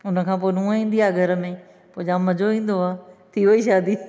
हुन खां पोइ नुंहुं ईंदी आहे घर में पोइ जाम मज़ो ईंदो आहे थी वेई शादी